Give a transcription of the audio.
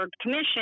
commission